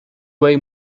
way